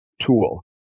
tool